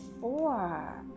four